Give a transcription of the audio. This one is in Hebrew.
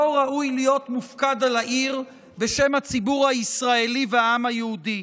ראוי להיות מופקד על העיר בשם הציבור הישראלי והעם היהודי.